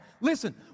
Listen